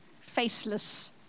faceless